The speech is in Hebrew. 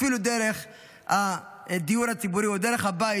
אפילו דרך הדיור הציבורי או דרך הבית,